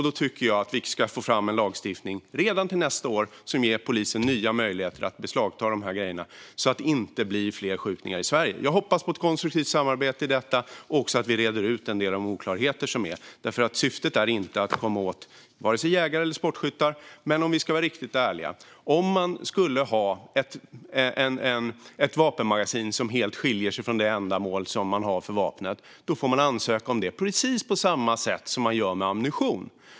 Då tycker jag att vi ska ta fram en lagstiftning redan till nästa år som ger polisen nya möjligheter att beslagta de här grejerna, så att det inte blir fler skjutningar i Sverige. Jag hoppas på ett konstruktivt samarbete i detta och att vi också reder ut en del av de oklarheter som råder. Syftet är inte att komma åt vare sig jägare eller sportskyttar. Men låt oss vara ärliga: Om man skulle ha ett vapenmagasin som helt skiljer sig från det ändamål som man har för vapnet får man ansöka om licens för det, precis på samma sätt som man gör med ammunition.